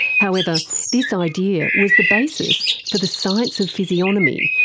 however, this idea was the basis for the science of physiognomy,